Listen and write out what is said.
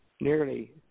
nearly